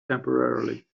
temporarily